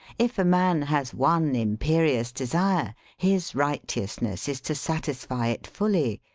if a man has one imperious desire, his righteousness is to sat isfy it fully.